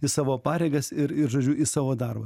į savo pareigas ir ir žodžiu į savo darbą